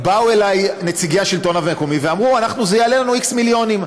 באו אליי נציגי השלטון המקומי ואמרו: זה יעלה לנו X מיליונים.